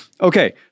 okay